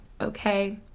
okay